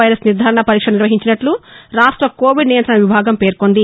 virus నిర్దారణ పరీక్షలు నిర్వహించినట్లు రాష్ట కోవిడ్ నియంతణ విభాగం పేర్కొంది